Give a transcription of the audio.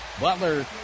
Butler